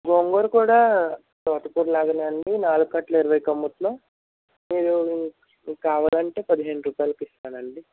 గోంగుర కూడా తోటకూర లాగానే అండి నాలుగు కట్టలు ఇరవైకి అమ్ముతున్నాం మీరు మీకు కావాలంటే పదిహేను రూపాయిలకి ఇస్తానండి